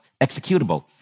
executable